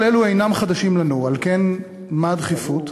כל אלה אינן חדשות לנו, על כן, מה הדחיפות?